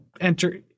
enter